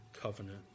covenant